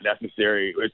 necessary